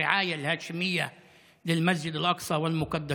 (אומר בערבית: בחסות ההאשמית במסגד אל-אקצא הקדוש.)